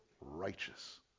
righteous